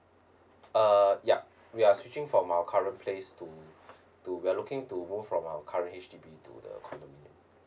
uh yup we are switching from our current place to to we're looking to move from our current H_D_B to the condominium